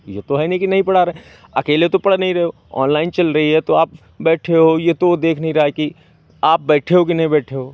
ये तो है नहीं कि नहीं पढ़ा रहे हैं अकेले तो पढ़ नहीं रहे हो ऑनलाइन चल रही है तो आप बैठे हो ये तो वो देख नहीं रहा है कि आप बैठे हो कि नहीं बैठे हो